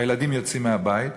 הילדים יוצאים מהבית,